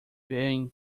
being